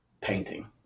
painting